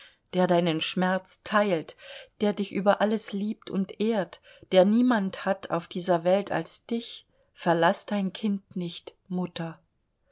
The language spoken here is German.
der deinen schmerz teilt der dich über alles liebt und ehrt der niemand hat auf dieser welt als dich verlaß dein kind nicht mutter